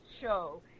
show